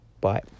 Bye